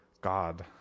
God